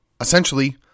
essentially